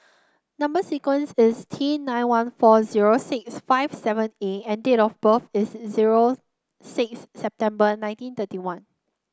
number sequence is T nine one four zero six five seven A and date of birth is zero six September nineteen thirty one